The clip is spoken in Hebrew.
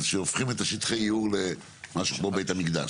שהופכים את שטח הייעור למשהו כמו בית המקדש,